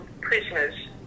prisoners